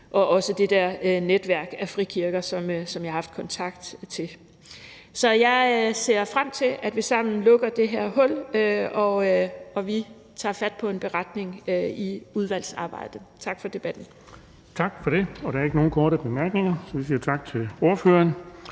gør det netværk af frikirker, som jeg har haft kontakt til. Så jeg ser frem til, at vi sammen lukker det her hul, og at vi tager fat på en beretning i udvalgsarbejdet. Tak for debatten. Kl. 10:28 Den fg. formand (Erling Bonnesen): Tak for det. Der er ikke nogen korte bemærkninger, så vi siger tak til ordføreren